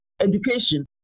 education